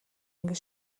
ангид